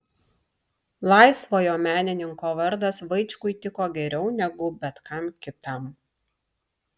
laisvojo menininko vardas vaičkui tiko geriau negu bet kam kitam